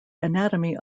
anatomy